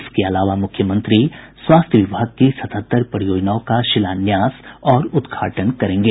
इसके अलावा मुख्यमंत्री स्वास्थ्य विभाग की सतहत्तर परियोजनाओं का शिलान्यास और उद्घाटन करेंगे